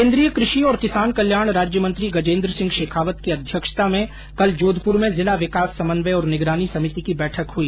केन्द्रीय कृषि और किसान कल्याण राज्यमंत्री गजेन्द्रसिंह शेखावत की अध्यक्षता में कल जोधपुर में जिला विकास समन्वय और निगरानी समिति की बैठक हुई